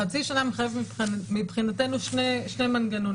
חצי השנה מחייב מבחינתנו שני מנגנונים,